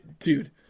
Dude